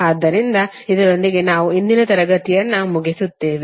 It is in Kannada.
ಆದ್ದರಿಂದ ಇದರೊಂದಿಗೆ ನಾವು ಇಂದಿನ ತರಗತಿಯನ್ನು ಮುಗಿಸುತ್ತೇವೆ